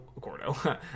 Gordo